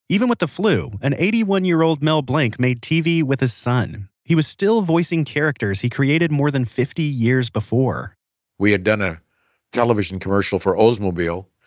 even with the flu, an eighty one year old mel blanc made tv with his son. he was still voicing characters he created more than fifty years before we had done a television commercial for oldsmobile.